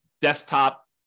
desktop